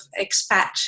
expat